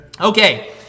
Okay